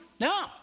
No